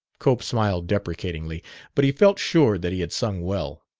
cope smiled deprecatingly but he felt sure that he had sung well.